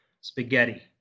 Spaghetti